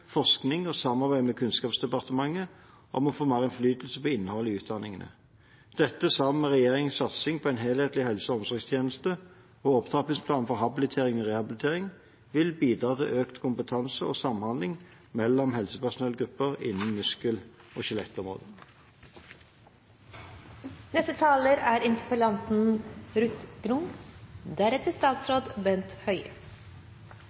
forskning og samarbeid med Kunnskapsdepartementet om å få mer innflytelse på innholdet i utdanningene. Dette, sammen med regjeringens satsing på en helhetlig helse- og omsorgstjeneste og opptrappingsplanen for habilitering og rehabilitering, vil bidra til økt kompetanse og samhandling mellom helsepersonellgrupper innen muskel- og skjelettområdet. Det var mye god beskrivelse, men jeg frykter at det ikke er